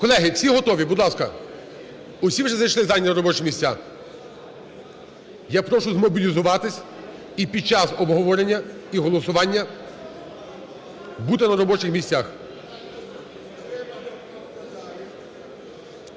Колеги, всі готові? Будь ласка, усі вже зайшли, зайняли робочі місця. Я прошу змобілізуватися і підчас обговорення і голосування бути на робочих місцях.